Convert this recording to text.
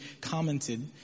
commented